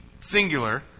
singular